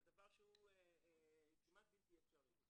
זה דבר שהוא כמעט בלתי אפשרי.